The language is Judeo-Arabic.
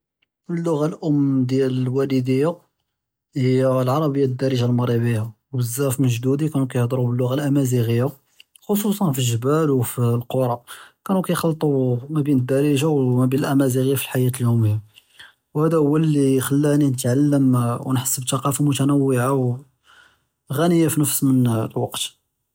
אַללּשׁוֹן הָאֵם דְּיַאל וַאלְדִי הִיא הָאַללּשׁוֹן הָעֲרַבִּית הַדַּארְג'ה הַמַרְכַּשִּׁיָּה בְּזָאף מִן גְּדוּדִי קָאנּוּ כַּיַהְדְרוּ בַּאַללּשׁוֹן הָאֲמַאזִיגִית חֻּצוּסָן פִּגְ'בַּאל אוּ פַלְקְרַי קָאנּוּ כַּיַחְלְטוּ מַבֵּין הַדַּארְג'ה וּמַבֵּין הָאֲמַאזִיגִית פִּלְחַיַאת יוֹמִיָּה וְהַאדָא הוּא לִי חִלָּאנִי נִתְעַלְּם וְנַחֵס בִּתְקוּפָה מֻתַּנַּוְעַת וְעַשִּׁירָה פִּנְפְּס אֶלְוַקְת.